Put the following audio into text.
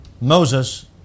Moses